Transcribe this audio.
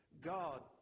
God